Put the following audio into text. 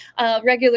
regular